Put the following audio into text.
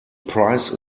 price